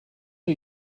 are